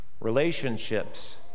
relationships